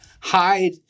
hide